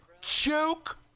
Joke